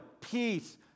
peace